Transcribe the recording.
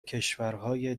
کشورهای